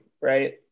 right